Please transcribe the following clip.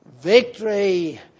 Victory